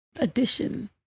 addition